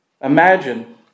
Imagine